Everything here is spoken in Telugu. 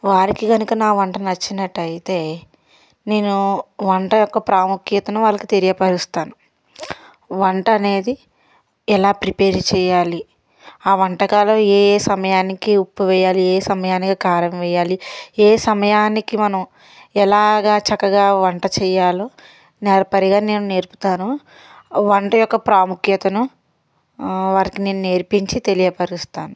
వారికి కనుక నా వంట నచ్చినట్లు అయితే నేను వంట యొక్క ప్రాముఖ్యతను వాళ్ళకి తెలియపరుస్తాను వంట అనేది ఎలా ప్రిపేర్ చేయాలి ఆ వంటకాలు ఏ సమయానికి ఉప్పు వేయాలి ఏ సమయానికి కారం వేయాలి ఏ సమయానికి మనం ఎలాగా చక్కగా వంట చేయాలో నేర్పరిగా నేను నేర్పుతాను వంట యొక్క ప్రాముఖ్యతను వారికి నేను నేర్పించి తెలియపరుస్తాను